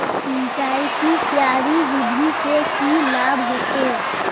सिंचाईर की क्यारी विधि से की लाभ होचे?